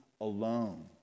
alone